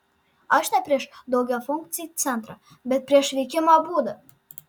aš ne prieš daugiafunkcį centrą bet prieš veikimo būdą